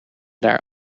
daar